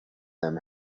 them